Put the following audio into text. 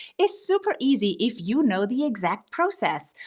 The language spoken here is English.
is super easy if you know the exact process.